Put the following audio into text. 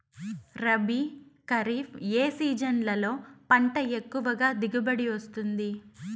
రబీ, ఖరీఫ్ ఏ సీజన్లలో పంట ఎక్కువగా దిగుబడి వస్తుంది